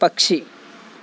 పక్షి